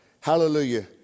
hallelujah